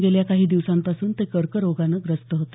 गेल्या काही दिवसांपासून ते कर्करोगानं ग्रस्त होते